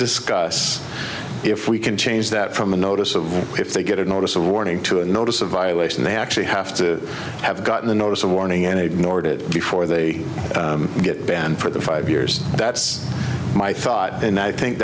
discuss if we can change that from a notice of if they get a notice a warning to a notice a violation they actually have to have gotten the notice of warning and ignored it before they get banned for the five years that's my thought and i think